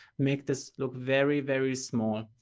make this look very, very small.